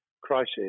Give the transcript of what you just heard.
crisis